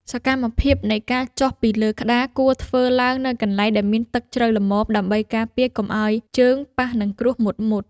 សកម្មភាពនៃការចុះពីលើក្តារ គួរធ្វើឡើងនៅកន្លែងដែលមានទឹកជ្រៅល្មម ដើម្បីការពារកុំឱ្យជើងប៉ះនឹងគ្រួសមុតៗ។